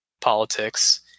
politics